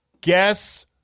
Guess